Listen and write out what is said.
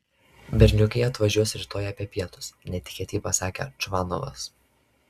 berniukai atvažiuos rytoj apie pietus netikėtai pasakė čvanovas